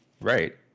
Right